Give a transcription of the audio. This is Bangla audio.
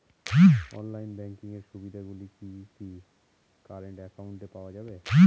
অনলাইন ব্যাংকিং এর সুবিধে গুলি কি কারেন্ট অ্যাকাউন্টে পাওয়া যাবে?